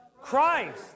Christ